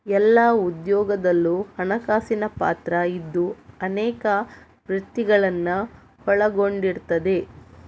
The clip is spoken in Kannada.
ಎಲ್ಲಾ ಉದ್ಯೋಗದಲ್ಲೂ ಹಣಕಾಸಿನ ಪಾತ್ರ ಇದ್ದು ಅನೇಕ ವೃತ್ತಿಗಳನ್ನ ಒಳಗೊಂಡಿರ್ತದೆ